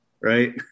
right